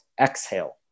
exhale